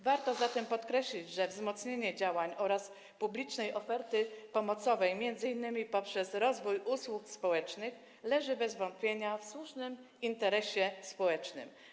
Warto zatem podkreślić, że wzmocnienie działań pomocowych oraz publicznej oferty pomocowej, m.in. poprzez rozwój usług społecznych, leży bez wątpienia w słusznym interesie społecznym.